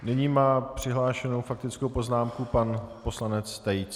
Nyní má přihlášenou faktickou poznámku pan poslanec Tejc.